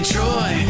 Troy